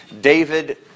David